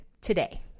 today